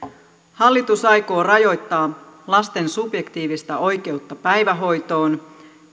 hallitus aikoo rajoittaa lasten subjektiivista oikeutta päivähoitoon